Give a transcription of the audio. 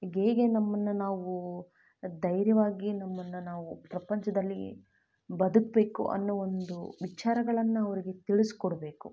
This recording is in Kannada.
ಹೇಗೆ ನಮ್ಮನ್ನ ನಾವು ಧೈರ್ಯವಾಗಿ ನಮ್ಮನ್ನು ನಾವು ಪ್ರಪಂಚದಲ್ಲಿ ಬದುಕಬೇಕು ಅನ್ನೋ ಒಂದು ವಿಚಾರಗಳನ್ನು ಅವರ್ಗೆ ತಿಳಿಸ್ಕೊಡ್ಬೇಕು